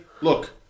Look